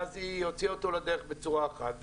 ואז היא הוציאה אותו לדרך בצורה אחת,